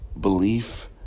belief